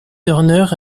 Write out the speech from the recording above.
turner